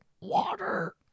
water